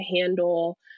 handle